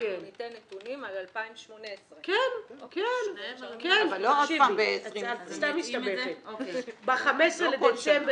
אנחנו ניתן נתונים על 2018. ב-15 לדצמבר